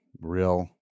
real